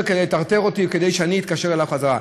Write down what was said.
כדי לטרטר אותי וכדי שאני אתקשר אליו חזרה.